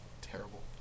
terrible